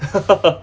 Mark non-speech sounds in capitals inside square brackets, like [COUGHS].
[COUGHS] [LAUGHS]